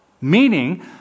Meaning